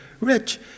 Rich